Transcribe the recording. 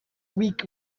week